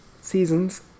seasons